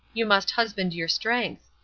you must husband your strength.